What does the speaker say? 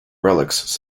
relics